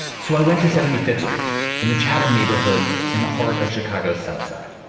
so i went to seventy fifth street in the chatham neighborhood in the heart of chicago's south side